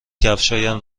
کفشهایم